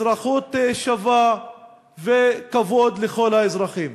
אזרחות שווה וכבוד לכל האזרחים.